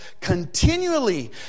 continually